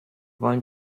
wollen